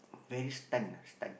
very stunned ah stunned